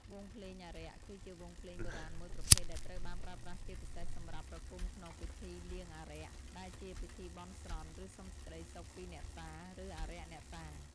វង់ភ្លេងអារក្ស គឺជាវង់ភ្លេងបុរាណមួយប្រភេទដែលត្រូវបានប្រើប្រាស់ជាពិសេសសម្រាប់ប្រគំក្នុង ពិធីលៀងអារក្ស ដែលជាពិធីបន់ស្រន់ ឬសុំសេចក្ដីសុខពីអ្នកតា ឬអារក្សអ្នកតា។